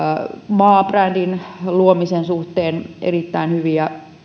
maabrändin luomisen suhteen erittäin hyviä